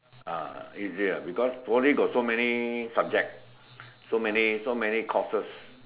uh easier because Poly got so many subject so many so many courses